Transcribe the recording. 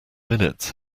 minutes